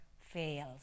fails